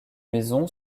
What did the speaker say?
maison